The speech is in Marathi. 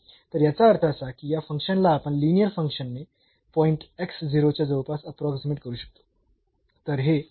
तर याचा अर्थ असा की या फंक्शनला आपण लिनीअर फंक्शनने पॉईंट च्या जवळपास अप्रोक्सीमेट करू शकतो